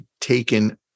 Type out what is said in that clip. taken